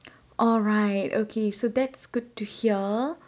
alright okay so that's good to hear